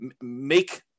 make